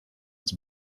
its